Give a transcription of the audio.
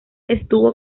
estuvo